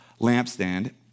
lampstand